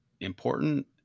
important